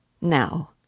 Now